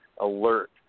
alert